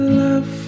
love